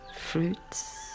fruits